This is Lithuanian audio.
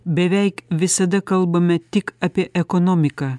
beveik visada kalbame tik apie ekonomiką